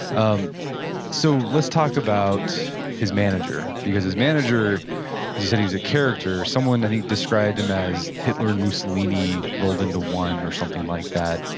um so let's talk about his manager, because his manager, you said he's a character. someone, i think, described him as hitler, and mussolini rolled into one or something like that,